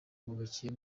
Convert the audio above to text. bubakiye